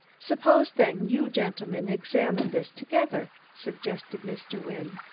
suppose, then, you gentlemen examine this together, suggested mr. wynne.